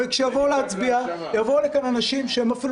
הרי כשיבואו להצביע יבואו לכאן אנשים שאפילו